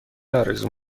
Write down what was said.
آرزو